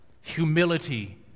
humility